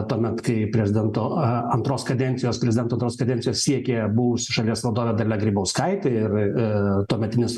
tuomet kai prezidento antros kadencijos prezidento tos kadencijos siekė buvusi šalies vadovė dalia grybauskaitė ir tuometinis